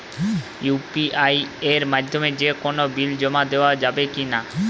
UPI এর মাধ্যমে যে কোনো বিল জমা দেওয়া যাবে কি না?